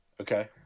Okay